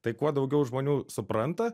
tai kuo daugiau žmonių supranta